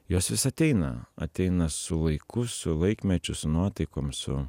jos vis ateina ateina su laiku su laikmečius nuotaikom su